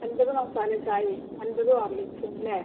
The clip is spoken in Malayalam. അൻപത് മസാല ചായയും അൻപത് ഹോർലിക്സും അല്ലേ